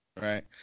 Right